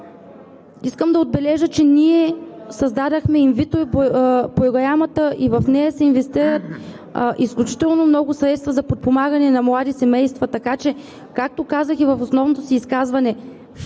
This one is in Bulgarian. искам да отбележа, че ние създадохме инвитро програмата и в нея се инвестират изключително много средства за подпомагане на млади семейства, така че, както казах и в основното си изказване,